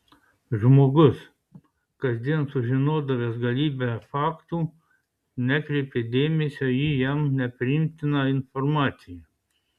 žmogus kasdien sužinodavęs galybę faktų nekreipė dėmesio į jam nepriimtiną informaciją